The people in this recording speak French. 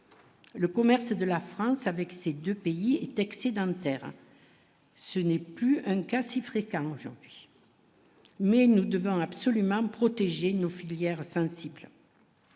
le commerce de la France avec ces 2 pays est excédentaire, ce n'est plus un cas si fréquemment Jean. Mais nous devons absolument protéger nos filières sensible.